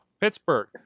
Pittsburgh